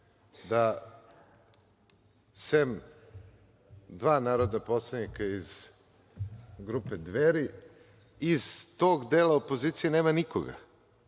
da sem dva narodna poslanika iz grupe Dveri, iz tog dela opozije nema nikoga.